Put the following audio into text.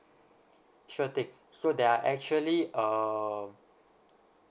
sure thing so there are actually um